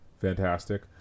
fantastic